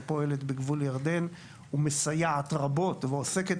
שפועלת בגבול ירדן ומסייעת רבות ועוסקת